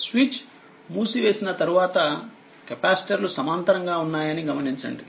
switch మూసివేసిన తరువాత కెపాసిటర్లు సమాంతరముగా ఉన్నాయని గమనించండి